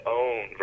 own